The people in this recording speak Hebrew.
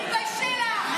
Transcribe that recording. תתביישי לך.